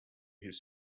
his